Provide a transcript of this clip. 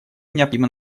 необходимо